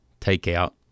takeout